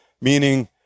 Meaning